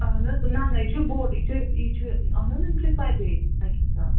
اَہَن حظ نہَ نہَ یہِ چھُ بوٚڈ یہِ چھُ یہِ چھُ اَہَن حظ یِم چھِ سَبے اَکہِ حِساب